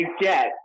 get